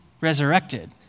resurrected